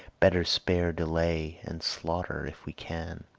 better spare delay and slaughter if we can.